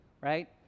right